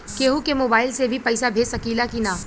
केहू के मोवाईल से भी पैसा भेज सकीला की ना?